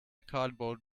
cardboard